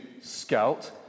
Scout